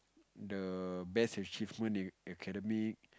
the best achievement in academic